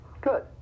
Good